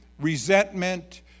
resentment